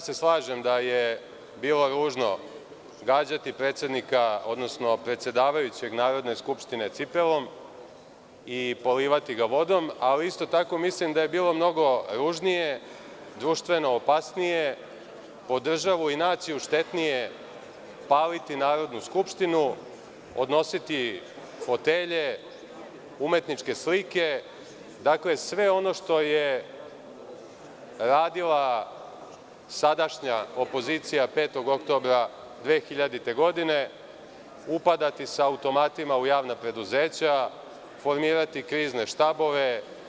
Slažem se da je bilo ružno gađati predsednika, odnosno predsedavajućeg Narodne skupštine cipelom i polivati ga vodom, ali isto tako mislim da je bilo mnogo ružnije, društveno opasnije, po državu i naciju štetnije paliti Narodnu skupštinu, odnositi fotelje, umetničke slike, sve ono što je radila sadašnja opozicija 5. oktobra 2000. godine, upadati sa automatima u javna preduzeća, formirati krizne štabove.